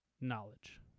knowledge